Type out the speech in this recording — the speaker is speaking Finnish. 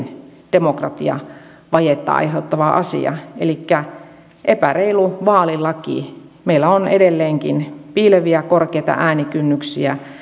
demokratiavajetta aiheuttava asia elikkä epäreilu vaalilaki meillä on edelleenkin piileviä korkeita äänikynnyksiä